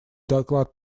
доклад